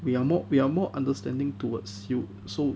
we are more we are more understanding towards you so